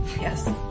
Yes